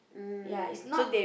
ya is not